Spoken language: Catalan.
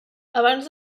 abans